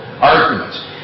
arguments